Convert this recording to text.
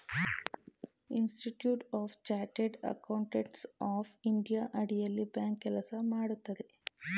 institute of chartered accountants of India ಅಡಿಯಲ್ಲಿ bank ಕೆಲಸ ಮಾಡುತ್ತದೆ